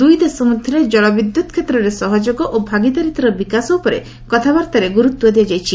ଦୁଇ ଦେଶ ମଧ୍ୟରେ ଜଳବିଦ୍ୟୁତ୍ କ୍ଷେତ୍ରରେ ସହଯୋଗ ଓ ଭାଗିଦାରିତାର ବିକାଶ ଉପରେ କଥାବାର୍ତ୍ତାରେ ଗୁରୁତ୍ୱ ଦିଆଯାଇଛି